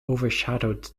overshadowed